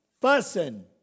fussing